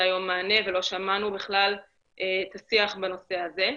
היום מענה ולא שמענו את השיח בנושא הזה.